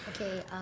Okay